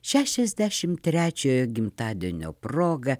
šešiasdešim trečiojo gimtadienio proga